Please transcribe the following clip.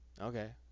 okay